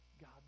God